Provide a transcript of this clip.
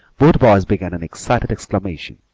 both boys began an excited exclamation,